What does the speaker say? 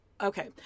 Okay